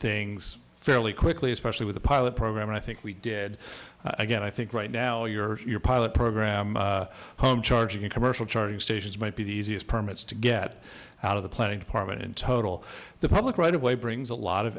things fairly quickly especially with a pilot program and i think we did again i think right now your pilot program home charging commercial charging stations might be the easiest permits to get out of the planning department in total the public right away brings a lot of